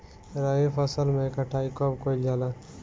रबी फसल मे कटाई कब कइल जाला?